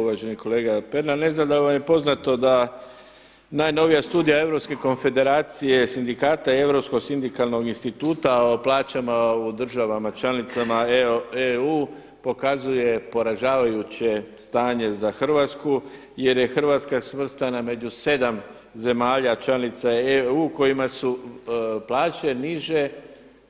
Uvaženi kolega Pernar, ne znam da li vam je poznato da najnovija studija Europske konfederacije sindikata i Europskog sindikalnog instituta o plaćama u državama članicama EU pokazuje poražavajuće stanje za Hrvatsku jer je Hrvatska svrstana među 7 zemalja članica EU kojima su plaće niže